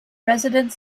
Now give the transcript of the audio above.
resident